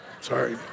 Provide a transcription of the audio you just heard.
sorry